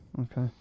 Okay